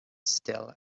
still